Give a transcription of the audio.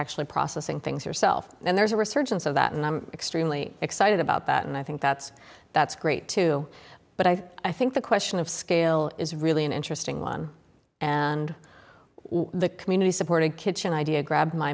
actually processing things yourself and there's a resurgence of that and i'm extremely excited about that and i think that's that's great too but i think the question of scale is really an interesting one and the community supported kitchen idea grabbed my